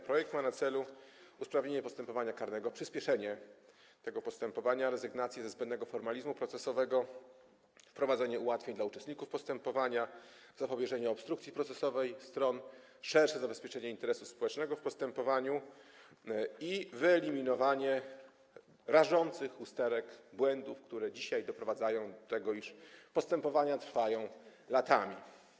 Projekt ma na celu usprawnienie postępowania karnego, przyspieszenie tego postępowania, rezygnację ze zbędnego formalizmu procesowego, wprowadzenie ułatwień dla uczestników postępowania, zapobieżenie obstrukcji procesowej stron, szersze zabezpieczenie interesu społecznego w postępowaniu i wyeliminowanie rażących usterek, błędów, które dzisiaj doprowadzają do tego, iż postępowania trwają latami.